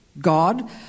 God